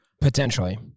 Potentially